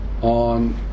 on